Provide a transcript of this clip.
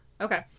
Okay